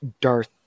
darth